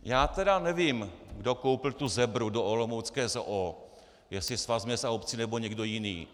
Já tedy nevím, kdo koupil tu zebru do olomoucké ZOO, jestli Svaz měst a obcí, nebo někdo jiný.